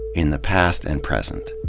in the past and present.